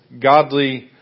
godly